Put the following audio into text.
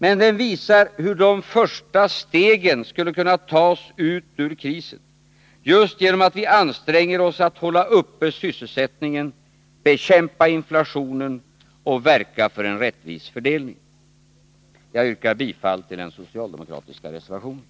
Men den visar hur de första stegen skulle kunna tas ut ur krisen just genom att vi anstränger oss att hålla uppe sysselsättningen, bekämpa inflationen och verka för en rättvis fördelning. Jag yrkar bifall till den socialdemokratiska reservationen.